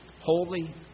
holy